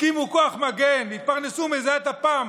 הקימו כוח מגן, התפרנסו בזיעת אפם,